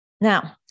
Now